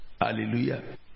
Hallelujah